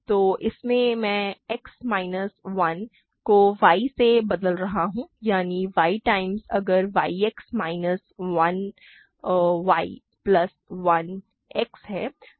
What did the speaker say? तो इसमें मैं X माइनस 1 को y से बदल रहा हूं यानी y टाइम्स अगर y X minus 1 y plus 1 X है